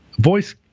Voice